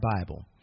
Bible